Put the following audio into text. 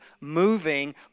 moving